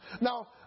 Now